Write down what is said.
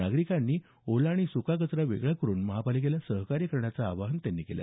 नागरिकांनीही घरीच ओला आणि सुका कचरा वेगळा करुन महानगरपालिकेला सहकार्य करण्याचं आवाहन त्यांनी केलं